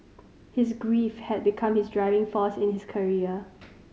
his grief had become his driving force in his career